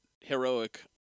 heroic